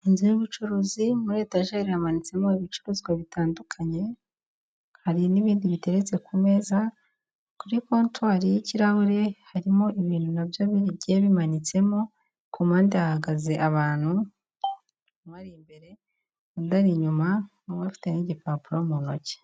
Inzu y'ubucuruzi muri etajeri hamanitsemo ibicuruzwa bitandukanye, hari n'ibindi biteretse ku meza kuri kontwari y'ikirahure harimo ibintu nabyo bigiye bimanitsemo, kumpande hahagaze abantu umwe ari imbere undi ari inyuma, bafite n'igipapuro mu ntoki.